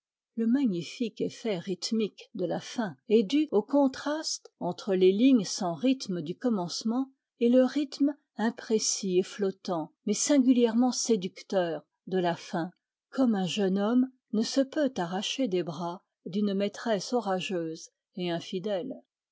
le magnifique effet rythmique de la fin est dû au contraste entre les lignes sans rythme du commencement et le rythme imprécis et flottant mais singulièrement séducteur de la fin comme un jeune homme ne se peut arracher des bras d'une maîtresse orageuse et infidèle